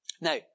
Now